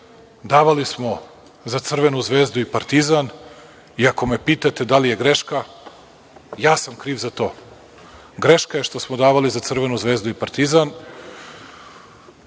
davali smo za Crvenu Zvezdu i Partizan. I ako me pitate da li je greška? Ja sam kriv za to. Greška je što smo davali za Crvenu Zvezdu i Partizan.